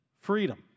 freedom